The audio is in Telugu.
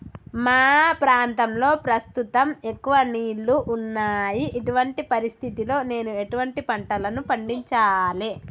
మా ప్రాంతంలో ప్రస్తుతం ఎక్కువ నీళ్లు ఉన్నాయి, ఇటువంటి పరిస్థితిలో నేను ఎటువంటి పంటలను పండించాలే?